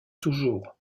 toujours